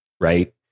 right